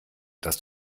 das